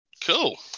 Cool